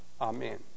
Amen